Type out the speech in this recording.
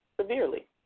severely